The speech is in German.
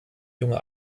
junge